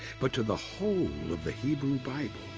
but to the whole of the hebrew bible.